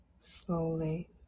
slowly